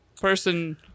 person